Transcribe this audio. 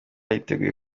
yiteguye